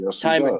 time